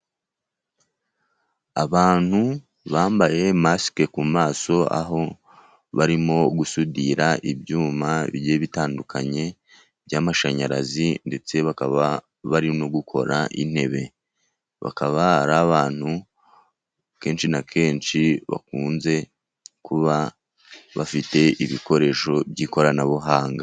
Abantu bambaye masike ku maso, aho barimo gusudira ibyuma bigiye bitandukanye by'amashanyarazi, ndetse bakaba barimo gukora intebe ,bakaba abantu kenshi na kenshi bakunze kuba bafite ibikoresho by'ikoranabuhanga.